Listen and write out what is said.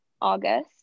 August